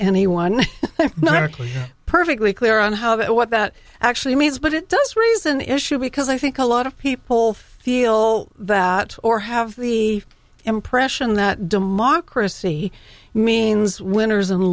anyone perfectly clear on how that what that actually means but it does raise an issue because i think a lot of people feel that or have the impression that democracy means winners